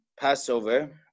Passover